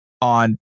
on